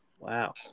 Wow